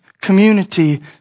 community